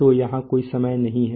तो यहां कोई समय नहीं है